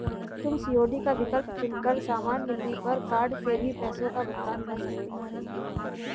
तुम सी.ओ.डी का विकल्प चुन कर सामान मिलने पर कार्ड से भी पैसों का भुगतान कर सकती हो